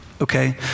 Okay